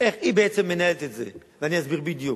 איך היא, בעצם, מנהלת את זה, ואני אסביר בדיוק.